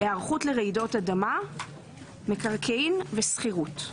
היערכות לרעידות אדמה; מקרקעין, שכירות".